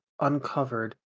uncovered